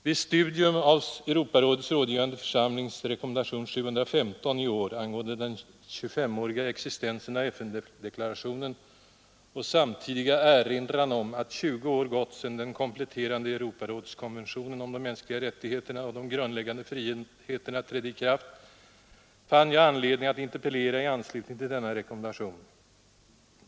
Vid studium av Europarådets rådgivande församlings rekommendation 715 i år angående den 2S5-åriga existensen av FN-deklarationen och samtidiga erinran om att 20 år gått sedan den kompletterande Europarådskonventionen om de mänskliga rättigheterna och de grundläggande friheterna trädde i kraft fann jag anledning att interpellera i anslutning till denna rekommendation.